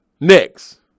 Next